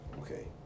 okay